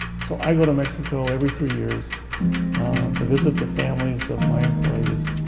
so, i go to mexico every three years to visit the families of my employees.